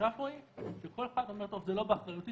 התחושה פה היא שכל אחד אומר זה לא באחריותי,